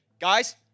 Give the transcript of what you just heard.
Guys